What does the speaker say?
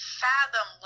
fathom